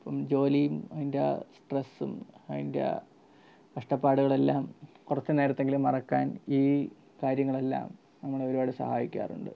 ഇപ്പം ജോലിയും അതിൻ്റെ ആ സ്ട്രെസ്സും അതിൻ്റെ കഷ്ടപ്പാടുകളെല്ലാം കുറച്ച് നേരത്തേക്ക് എങ്കിലും മറക്കാൻ ഈ കാര്യങ്ങളെല്ലാം നമ്മൾ ഒരുപാട് സഹായിക്കാറുണ്ട്